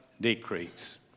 decrease